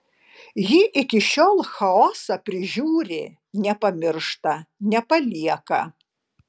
ji iki šiol chaosą prižiūri nepamiršta nepalieka